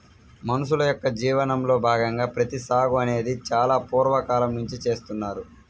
మనుషుల యొక్క జీవనంలో భాగంగా ప్రత్తి సాగు అనేది చాలా పూర్వ కాలం నుంచే చేస్తున్నారు